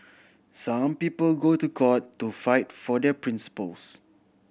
some people go to court to fight for their principles